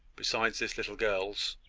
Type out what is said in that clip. besides this little girl's.